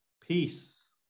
peace